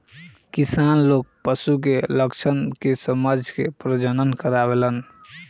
किसान लोग पशु के लक्षण के समझ के प्रजनन करावेलन